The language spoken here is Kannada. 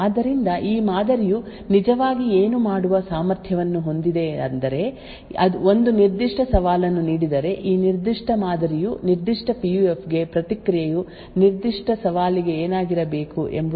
ಆದ್ದರಿಂದ ಈ ಮಾದರಿಯು ನಿಜವಾಗಿ ಏನು ಮಾಡುವ ಸಾಮರ್ಥ್ಯವನ್ನು ಹೊಂದಿದೆಯೆಂದರೆ ಒಂದು ನಿರ್ದಿಷ್ಟ ಸವಾಲನ್ನು ನೀಡಿದರೆ ಈ ನಿರ್ದಿಷ್ಟ ಮಾದರಿಯು ನಿರ್ದಿಷ್ಟ ಪಿಯುಎಫ್ ಗೆ ಪ್ರತಿಕ್ರಿಯೆಯು ನಿರ್ದಿಷ್ಟ ಸವಾಲಿಗೆ ಏನಾಗಿರಬೇಕು ಎಂಬುದರ ಕುರಿತು ಉತ್ತಮ ಅಂದಾಜನ್ನು ರಚಿಸಬಹುದು